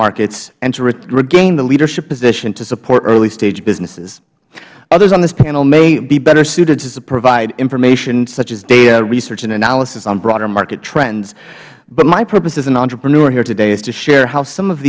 markets and to regain the leadership position to support early stage businesses others on this panel may be better suited to provide information such as data research and analysis on broader market trends but my purpose as an entrepreneur here today is to share how some of